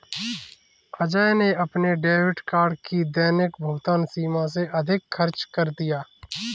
अजय ने अपने debit card की दैनिक भुगतान सीमा से अधिक खर्च कर दिया